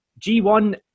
G1